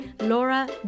Laura